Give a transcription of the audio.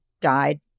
died